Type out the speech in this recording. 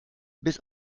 bis